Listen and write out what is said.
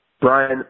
Brian